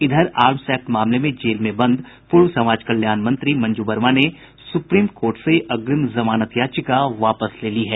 इधर arms act मामले में जेल में बंद पूर्व समाज कल्याण मंत्री मंजू वर्मा ने सुप्रीम कोर्ट से अग्रिम जमानत याचिका वापस ले ली है